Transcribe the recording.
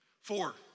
Four